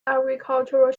agricultural